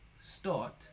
start